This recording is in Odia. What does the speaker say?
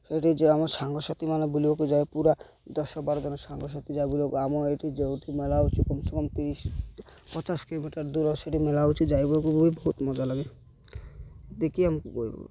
ସେଇଠି ଯେ ଆମ ସାଙ୍ଗସାଥିୀ ମାନେ ବୁଲିବାକୁ ଯାଏ ପୁରା ଦଶ ବାରଦିନ ସାଙ୍ଗସାଥି ଯାଏ ବୁଲିବାକୁ ଆମ ଏଇଠି ଯେଉଁଠି ମେଳା ହେଉଛୁ କମ୍ ସେ କମ୍ ତେଇଶ ପଚାଶ କିଲୋମିଟର ଦୂର ସେଇଠି ମେଳା ହେଉଛି ବହୁତ ମଜା ଲାଗେ ଦେଖି ଆମକୁ କହିବ